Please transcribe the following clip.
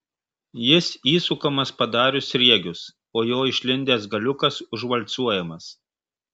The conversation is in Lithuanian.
jis įsukamas padarius sriegius o jo išlindęs galiukas užvalcuojamas